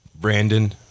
Brandon